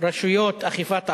רשויות אכיפת החוק.